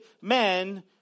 men